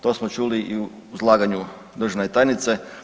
To smo čuli i u izlaganju državne tajnice.